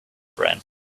brain